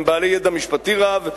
הם בעלי ידע משפטי רב,